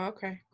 Okay